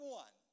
one